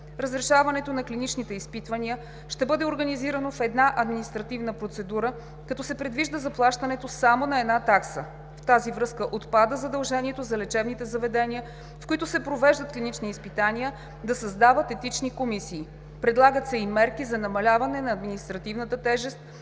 Разрешаването на клиничните изпитания ще бъде организирано в една административна процедура, като се предвижда заплащането само на една такса. В тази връзка отпада задължението за лечебните заведения, в които се провеждат клинични изпитания, да създават етични комисии. Предлагат се и мерки за намаляване на административната тежест